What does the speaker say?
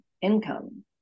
income